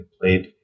played